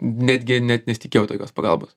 netgi net nesitikėjau tokios pagalbos